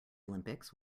olympics